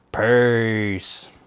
Peace